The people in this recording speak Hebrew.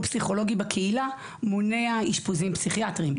פסיכולוגי בקהילה מונע אשפוזים פסיכיאטרים.